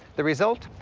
the result?